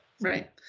Right